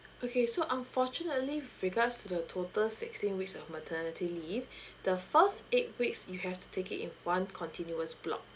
okay so unfortunately regards to the total sixteen weeks of maternity leave the first eight weeks you have to take it in one continuous block